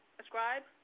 ascribe